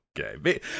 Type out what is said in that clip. okay